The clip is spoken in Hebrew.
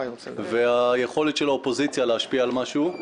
והיכולת של האופוזיציה להשפיע על משהו.